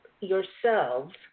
yourselves